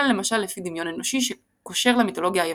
אלא למשל לפי דמיון אנושי שקושר למיתולוגיה היוונית.